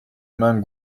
main